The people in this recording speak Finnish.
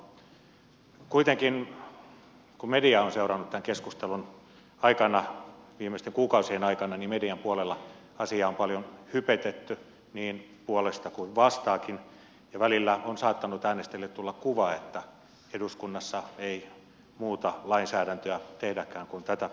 kuitenkin kun mediaa on seurannut tämän keskustelun aikana viimeisten kuukausien aikana median puolella asiaa on paljon hypetetty niin puolesta kuin vastaankin ja välillä on saattanut äänestäjille tulla kuva että eduskunnassa ei muuta lainsäädäntöä tehdäkään kuin tätä kyseessä olevaa